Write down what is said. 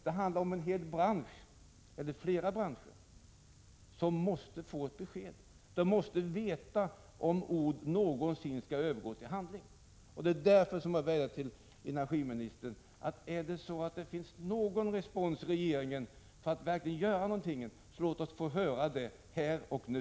Det handlar här om flera branscher som måste få ett besked. De måste veta om ord någonsin skall övergå till handling. Jag vädjar därför till energiministern: Om det finns någon respons hos regeringen för att verkligen göra något, låt oss få höra det här och nu.